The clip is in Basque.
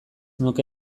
nuke